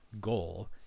goal